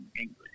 English